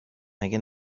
مگه